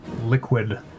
liquid